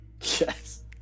Yes